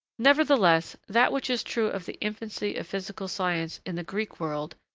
nevertheless, that which is true of the infancy of physical science in the greek world,